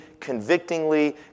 convictingly